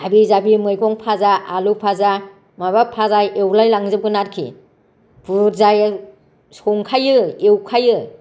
हाबि जाबि मैगं फाजा आलु भाजा माबा भाजा एवलाय लांजोबगोन आरोखि बुरजायै संखायो एवखायो